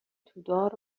تودار